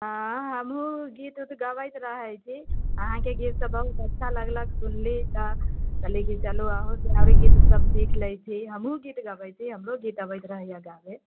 हँ हमहूँ गीत उत गबैत रहै छी अहाँके गीतसभ बहुत अच्छा लगलक सुनली तऽ कहली कि जे चलू आओर गीतसभ सीख लै छी हमहूँ गीत गबैत रहै छी हमरो गीत अबैत रहैए गाबय